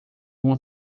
uma